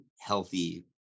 healthy